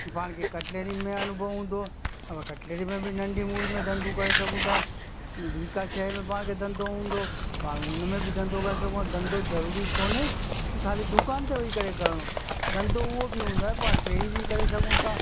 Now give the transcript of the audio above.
पाण खे कटलरी में अनुभव हूंदो त पाण कटलरी में बि नंढी मूड़ी में धंधो करे सघूं था ॿी का शइ में पाण खे धंधो हूंदो पाण उन में बि धंधो करे सघूं था धंधो ज़रूरी कोन्हे खाली दुकान ते वञी करे करिणो धंधो उहो बि हूंदो आहे पाण फेरी बि करे सघूं था